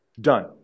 Done